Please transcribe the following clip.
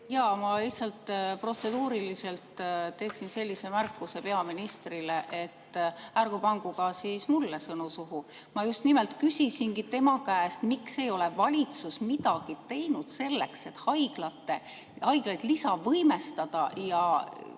Jaa, ma lihtsalt protseduuriliselt teeksin sellise märkuse peaministrile, et ärgu pangu siis ka mulle sõnu suhu. Ma just nimelt küsisingi tema käest, miks ei ole valitsus midagi teinud selleks, et haiglaid lisavõimestada